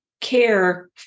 care